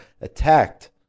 attacked